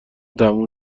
تموم